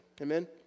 Amen